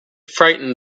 frightened